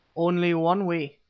only one way,